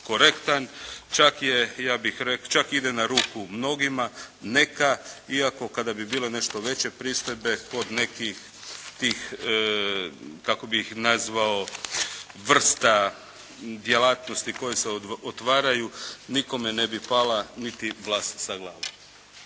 korektan, čak ide na ruku mnogima. Neka, iako kada bi bilo nešto veće pristojbe kod nekih tih, kako bih nazvao, vrsta djelatnosti koje se otvaraju nikome ne bi pala niti vlas sa glave.